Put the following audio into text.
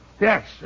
Yes